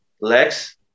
legs